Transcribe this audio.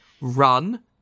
Run